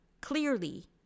clearly